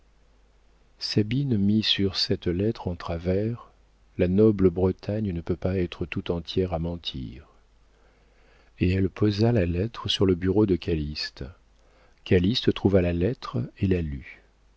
sabine mit sur cette lettre en travers la noble bretagne ne peut pas être tout entière à mentir et elle posa la lettre sur le bureau de calyste calyste trouva la lettre et la lut